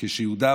כשיהודה,